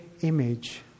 image